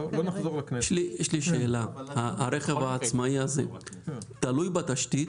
הרכב העצמאי תלוי בתשתית?